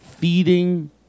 Feeding